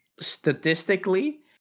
statistically